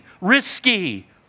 risky